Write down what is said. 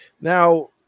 Now